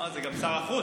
אה, זה גם שר החוץ.